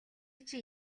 чинь